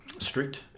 strict